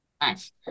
Nice